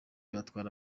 batwara